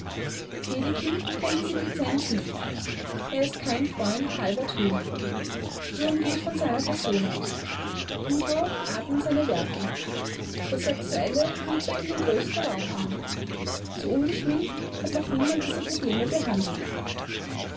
wedekind kennt diese decenz nicht er ist kein freund halber töne sturm geht von seiner person aus gluthauch atmen seine werke das sexuelle nimmt bei ihm den größten raum ein so ungeschminckt hat noch niemand diese probleme behandelt